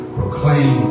proclaim